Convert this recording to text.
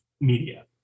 media